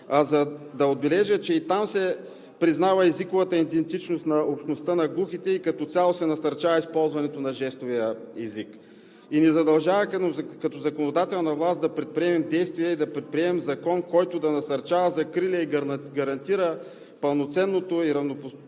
за да отбележа, че там се признава езиковата идентичност на общността на глухите. Като цяло се насърчава използването на жестовия език и ни задължават като законодателна власт да предприемем действия и да предприемем закон, който да насърчава, закриля и гарантира на хората със слухови